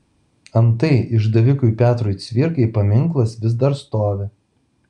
antai išdavikui petrui cvirkai paminklas vis dar stovi